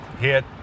hit